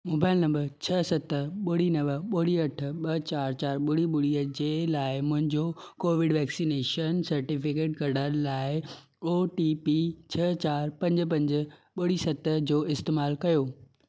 mobile नंबरु छह सत ॿुड़ी नव ॿुड़ी अठ ॿ चार चार ॿुड़ी ॿुड़ी जे लाइ मुंहिंजो कोविड वैक्सनेशन सर्टिफ़िकेटु कढणु लाइ ओटीपी छह चार पंज पंज ॿुड़ी सत जो इस्तैमालु कयो